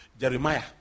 Jeremiah